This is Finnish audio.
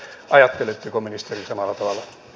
ajatteletteko ministeri samalla tavalla